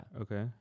Okay